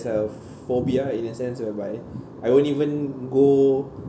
uh phobia in a sense whereby I won't even go